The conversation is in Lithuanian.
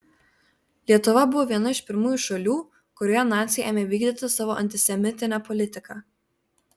lietuva buvo viena iš pirmųjų šalių kurioje naciai ėmė vykdyti savo antisemitinę politiką